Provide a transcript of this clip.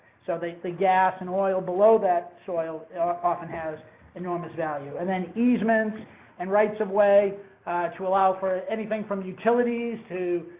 so the so gas and oil below that soil often has enormous value. and then easements and rights of way to allow for anything from utilities to,